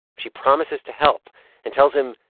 she promises to help and tells him,